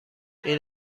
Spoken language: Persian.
این